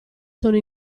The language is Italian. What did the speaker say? sono